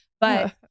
But-